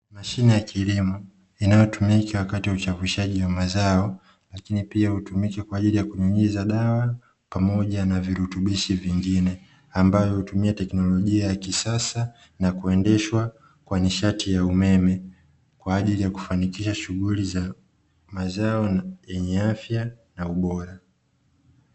Mashine ya kilimo inayotumika wakati wa uchafushaji wa mazao, lakini pia hutumika kwa ajili ya kunyunyiza dawa pamoja na virutubishi vingine, ambavyo hutumia teknolojia ya kisasa na kuendeshwa kwa nishati ya umeme, kwa ajili ya kufanikisha shughuli za mazao yenye afya na ubora.